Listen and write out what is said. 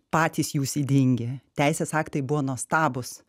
patys jūs ydingi teisės aktai buvo nuostabūs